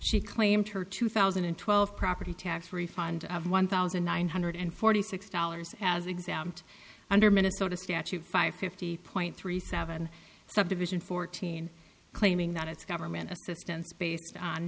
she claimed her two thousand and twelve property tax refund of one thousand nine hundred forty six dollars as exempt under minnesota statute five fifty point three seven subdivision fourteen claiming that it's government assistance based on